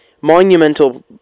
monumental